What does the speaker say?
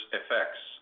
effects